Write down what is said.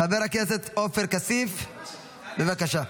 חבר הכנסת עופר כסיף, בבקשה.